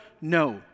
No